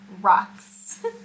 Rocks